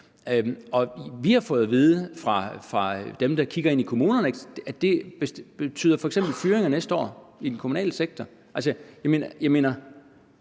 Vi har fået at vide fra dem, der kigger på kommunerne, at det f.eks. betyder fyringer næste år i den kommunale sektor.